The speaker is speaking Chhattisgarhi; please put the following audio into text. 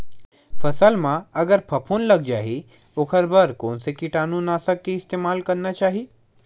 फसल म अगर फफूंद लग जा ही ओखर बर कोन से कीटानु नाशक के इस्तेमाल करना चाहि?